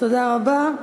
תודה רבה.